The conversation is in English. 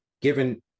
given